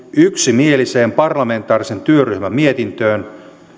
yksimieliseen parlamentaarisen työryhmän mietintöön